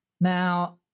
Now